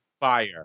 fire